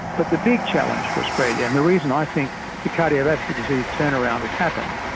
but the big challenge for australia and the reason i think the cardiovascular disease turnaround has happened,